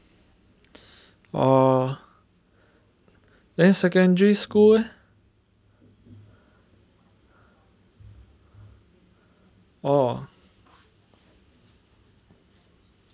orh then secondary school eh orh